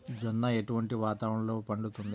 జొన్న ఎటువంటి వాతావరణంలో పండుతుంది?